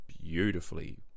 beautifully